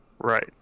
right